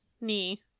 knee